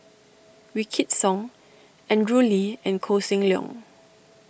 Wykidd Song Andrew Lee and Koh Seng Leong